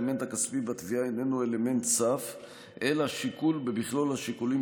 האלמנט הכספי בתביעה איננו אלמנט סף אלא שיקול במכלול השיקולים